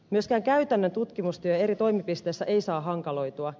myöskään käytännön tutkimustyö eri toimipisteissä ei saa hankaloitua